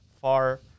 far